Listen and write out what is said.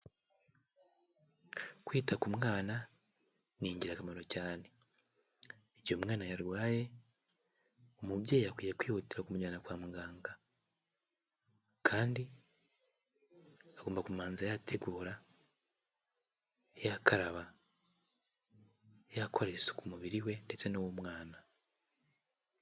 Kwita ku mwana ni ingirakamaro cyane, igihe umwana yarwaye, umubyeyi akwiye kwihutira kumujyana kwa muganga kandi agomba kubanza yategura, yakaraba, yakorera isuku umubiri we ndetse n'uw'umwana.